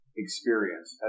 experience